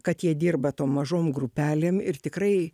kad jie dirba tom mažom grupelėm ir tikrai